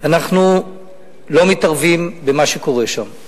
אנחנו לא מתערבים במה שקורה שם.